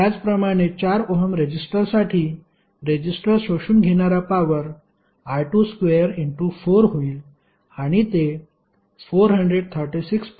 त्याचप्रमाणे 4 ओहम रेजिस्टरसाठी रेजिस्टर शोषून घेणारा पॉवर I22 होईल आणि ते 436